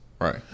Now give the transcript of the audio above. Right